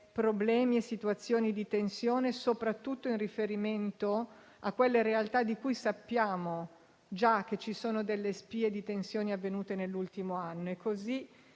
problemi e situazioni di tensione, soprattutto in riferimento a quelle realtà in cui già sappiamo esservi delle spie di tensioni avvenute nell'ultimo anno.